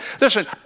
Listen